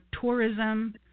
tourism